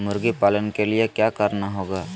मुर्गी पालन के लिए क्या करना होगा?